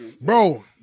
Bro